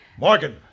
Morgan